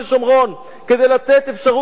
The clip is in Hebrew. כדי לתת אפשרות לזוגות הצעירים,